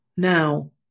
Now